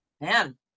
man